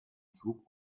zug